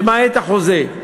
למעט החוזה,